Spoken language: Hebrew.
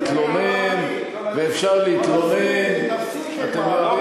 ואפשר להתלונן, גע לגופו